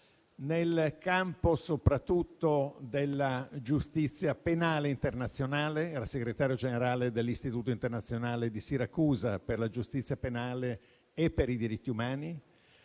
nel campo della giustizia penale internazionale, era segretario generale dell'Istituto internazionale di Siracusa per la giustizia penale e per i diritti umani,